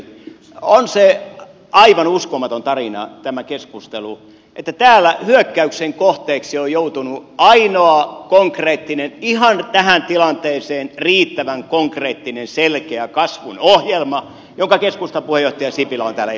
on se aivan uskomaton tarina tämä keskustelu että täällä hyökkäyksen kohteeksi on joutunut ainoa ihan tähän tilanteeseen riittävän konkreettinen selkeä kasvun ohjelma jonka keskustan puheenjohtaja sipilä on täällä esitellyt